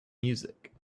music